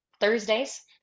Thursdays